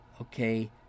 okay